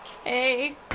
Okay